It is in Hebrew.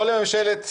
לא ממשלת שמאל.